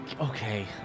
Okay